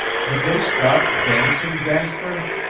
have they stopped dancing, jasper?